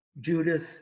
Judith